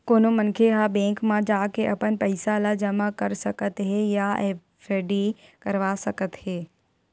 कोनो मनखे ह बेंक म जाके अपन पइसा ल जमा कर सकत हे या एफडी करवा सकत हे